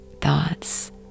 thoughts